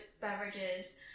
beverages